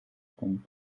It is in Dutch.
komt